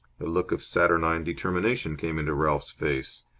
a look of saturnine determination came into ralph's face.